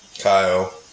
Kyle